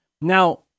Now